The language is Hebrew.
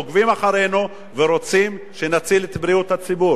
עוקבים אחרינו ורוצים שנציל את בריאות הציבור.